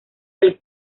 del